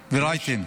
ורייטן.